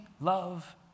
love